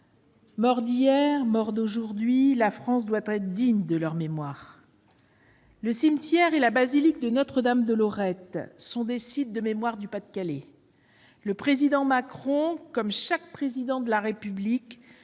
Morts d'hier, morts d'aujourd'hui, la France doit être digne de leur mémoire. Le cimetière et la basilique de Notre-Dame-de-Lorette, situés dans le Pas-de-Calais, sont des sites de mémoire. Le président Macron, comme chaque Président de la République